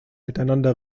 miteinander